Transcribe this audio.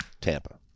tampa